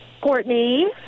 Courtney